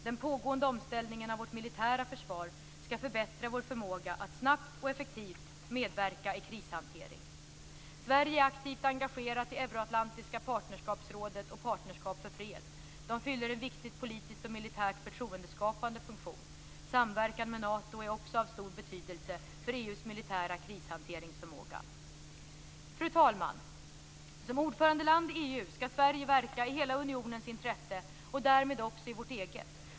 Den pågående omställningen av vårt militära försvar ska förbättra vår förmåga att snabbt och effektivt medverka i krishantering. Sverige är aktivt engagerat i Euro-atlantiska partnerskapsrådet och Partnerskap för fred. De fyller en viktig politiskt och militärt förtroendeskapande funktion. Samverkan med Nato är också av stor betydelse för EU:s militära krishanteringsförmåga. Fru talman! Som ordförandeland i EU ska Sverige verka i hela unionens intresse, och därmed också i vårt eget.